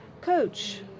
Coach